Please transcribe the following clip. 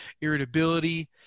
irritability